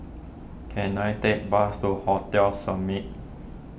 can I take a bus to Hotel Summit